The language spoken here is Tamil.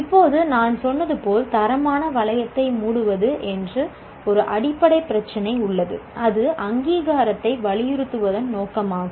இப்போது நான் சொன்னது போல் தரமான வளையத்தை மூடுவது என்று ஒரு அடிப்படை பிரச்சினை உள்ளது இது அங்கீகாரத்தை வலியுறுத்துவதன் நோக்கமாகும்